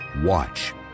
watch